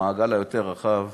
במעגל היותר-רחב